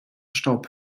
staub